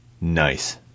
Nice